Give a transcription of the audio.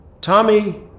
Tommy